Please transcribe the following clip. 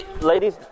ladies